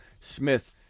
Smith